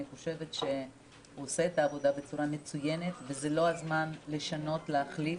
אני חושבת שהוא עושה את העבודה בצורה מצוינת וזה לא הזמן לשנות ולהחליף,